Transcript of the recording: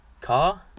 car